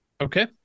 Okay